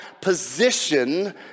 position